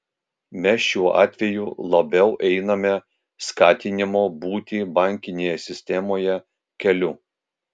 mes šiuo atveju labiau einame skatinimo būti bankinėje sistemoje keliu